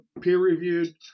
peer-reviewed